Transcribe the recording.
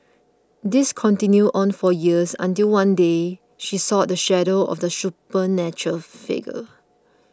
this continued on for years until one day she saw the shadow of the supernatural figure